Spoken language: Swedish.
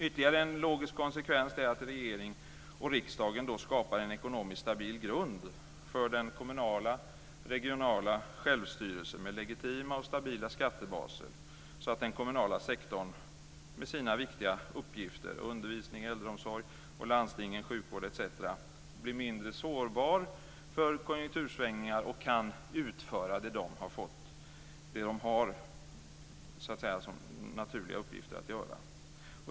Ytterligare en logisk konsekvens är att regering och riksdag skapar en ekonomiskt stabil grund för den kommunala och regionala självstyrelsen med legitima och stabila skattebaser, så att den kommunala sektorn med sina viktiga uppgifter som undervisning, äldreomsorg, och för landstingens del sjukvård osv., blir mindre sårbar för konjunktursvängningar och kan utföra det som de har som naturliga uppgifter.